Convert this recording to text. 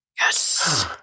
Yes